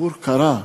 הציבור קרא,